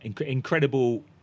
incredible